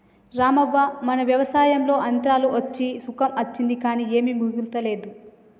రామవ్వ మన వ్యవసాయంలో యంత్రాలు అచ్చి సుఖం అచ్చింది కానీ ఏమీ మిగులతలేదు